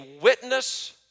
witness